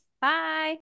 Bye